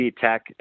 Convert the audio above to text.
Tech